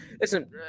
listen